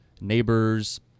neighbors